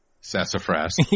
Sassafras